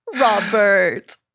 Robert